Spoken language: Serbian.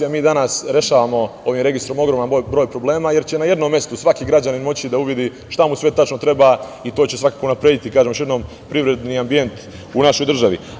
Mi danas rešavamo ovim registrom ogroman broj problema, jer će na jednom mestu svaki građanin moći da uvidi šta mu sve tačno treba i to će svakako unaprediti privredni ambijent u našoj državi.